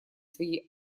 свои